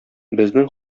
безнең